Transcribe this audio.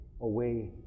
away